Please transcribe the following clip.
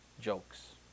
jokes